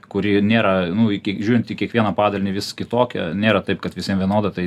kurie nėra nuveiki žiūrint į kiekvieną padalinį vis kitokie nėra taip kad visiems vienoda tai